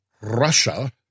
Russia